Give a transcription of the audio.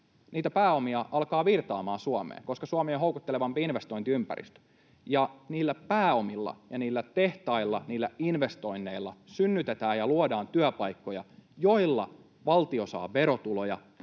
niitä pääomia alkaa virtaamaan Suomeen, koska Suomi on houkuttelevampi investointiympäristö. Ja niillä pääomilla ja niillä tehtailla, niillä investoinneilla, synnytetään ja luodaan työpaikkoja, joilla valtio saa verotuloja,